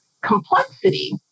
Complexity